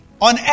on